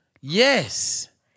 Yes